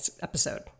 episode